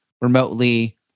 remotely